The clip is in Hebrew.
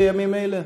בימים אלה?